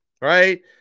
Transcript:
right